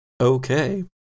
Okay